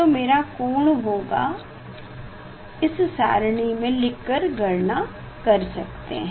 तो मेरा कोण होगा इस सारिणी में लिख कर गणना कर सकते हैं